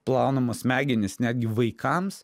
plaunamos smegenys netgi vaikams